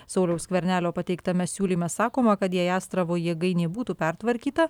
sauliaus skvernelio pateiktame siūlyme sakoma kad jei astravo jėgainė būtų pertvarkyta